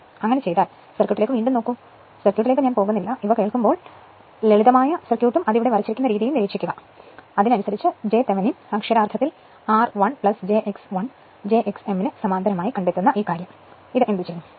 അതിനാൽ അങ്ങനെ ചെയ്താൽ സർക്യൂട്ടിലേക്ക് വീണ്ടും വീണ്ടും നോക്കുക ഞാൻ സർക്യൂട്ടിലേക്ക് പോകുന്നില്ല ഇവ കേൾക്കുമ്പോൾ ദയവായി ലളിതമായ സർക്യൂട്ടും അത് ഇവിടെ വരച്ചിരിക്കുന്ന രീതിയും വരയ്ക്കുക അതിനനുസരിച്ച് j തെവെനിൻ അക്ഷരാർത്ഥത്തിൽ r 1 j x1 j x m ന് സമാന്തരമായി കണ്ടെത്തുന്ന ഈ കാര്യം എന്തുചെയ്യും